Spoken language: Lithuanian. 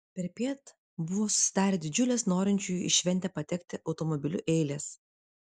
perpiet buvo susidarę didžiulės norinčiųjų į šventę patekti automobiliu eilės